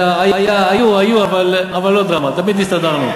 היה, היה, היו, היו, אבל לא דרמה, תמיד הסתדרנו.